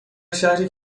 شهری